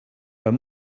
were